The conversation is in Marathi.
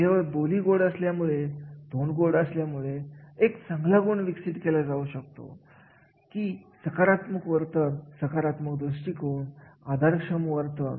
कामगारांनी असे विशिष्ट कार्याचा स्वीकारले तर त्या कामाचं कौतुक केलं जातं आणि निश्चितपणे अशा कामासाठी कार्याचे मूल्यांकनाची समिती स्थापित करण्यात येते